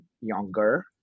younger